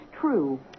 true